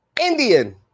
Indian